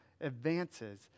advances